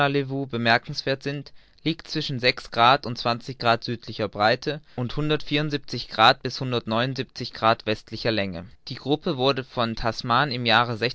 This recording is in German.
vanona levou bemerkenswerth liegt zwischen grad und grad südlicher breite und bis grad westlicher länge die gruppe wurde von tasman im jahre